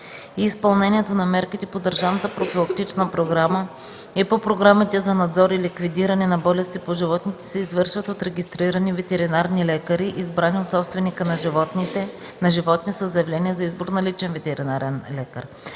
и изпълнението на мерките по държавната профилактична програма и по програмите за надзор и ликвидиране на болести по животните се извършват от регистрирани ветеринарни лекари, избрани от собственика на животни със заявление за избор на личен ветеринарен лекар.